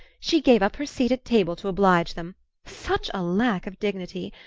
she gave up her seat at table to oblige them such a lack of dignity!